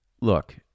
look